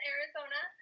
Arizona